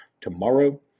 tomorrow